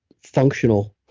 functional.